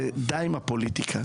די עם הפוליטיקה,